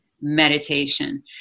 meditation